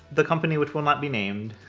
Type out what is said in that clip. the company which will not be named,